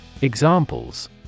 Examples